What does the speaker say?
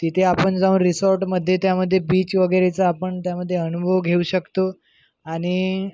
तिथे आपण जाऊन रिसॉर्टमध्ये त्यामध्ये बीच वगैरेचा आपण त्यामध्ये अनुभव घेऊ शकतो आणि